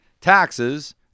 taxes